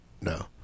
No